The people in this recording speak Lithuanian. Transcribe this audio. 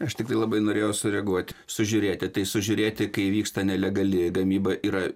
aš tiktai labai norėjau sureaguot sužiūrėti tai sužiūrėti kai vyksta nelegali gamyba yra